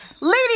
Lady